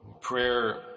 prayer